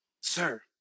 Sir